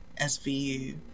SVU